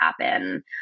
happen